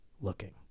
looking